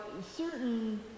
certain